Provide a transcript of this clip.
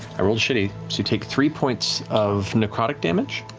i rolled shitty, so you take three points of necrotic damage,